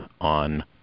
on